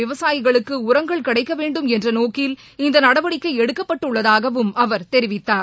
விவசாயிகளுக்குஉரங்கள் கிடைக்கவேண்டும் என்றநோக்கில் குறைந்தவிலையில் இந்தநடவடிக்கைஎடுக்கப்பட்டுள்ளதாகவும் அவர் தெரிவித்தார்